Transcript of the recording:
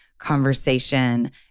conversation